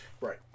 Right